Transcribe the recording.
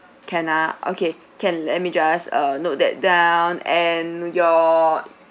can ah okay can let me just uh note that down and your